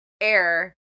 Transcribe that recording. Air